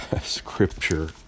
scripture